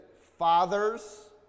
fathers